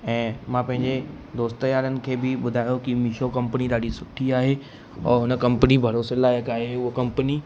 ऐं मां पंहिंजे दोस्त यारनि खे बि ॿुधायो कि मिशो कंपनी ॾाढी सुठी आहे और हुन कंपनी भरोसे लाइक़ु आहे उहो कंपनी